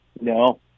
No